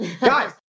Guys